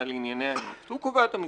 הוא ענק הולך להיות.